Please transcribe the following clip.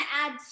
add